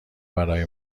برای